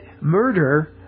murder